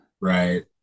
Right